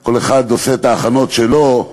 כל אחד עושה את ההכנות שלו,